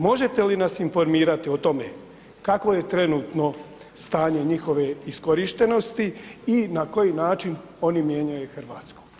Možete li nas informirati o tome kakvo je trenutno stanje njihove iskorištenosti i na koji način oni mijenjaju RH?